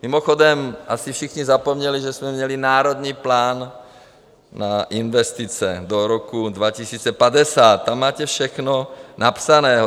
Mimochodem asi všichni zapomněli, že jsme měli Národní plán na investice do roku 2050, tam máte všechno napsané.